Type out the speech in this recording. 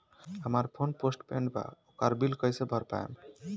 हमार phone postpaid बा ओकर बिल कईसे भर पाएम?